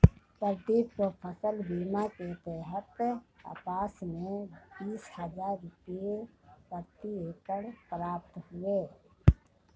प्रदीप को फसल बीमा के तहत कपास में बीस हजार रुपये प्रति एकड़ प्राप्त हुए